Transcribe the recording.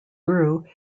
grew